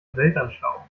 weltanschauung